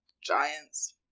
Giants